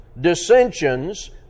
dissensions